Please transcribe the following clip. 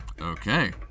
Okay